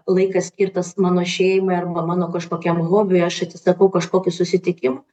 laikas skirtas mano šeimai arba mano kažkokiam hobiui aš atsisakau kažkokį susitikim